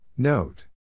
Note